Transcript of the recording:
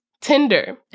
Tinder